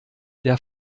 der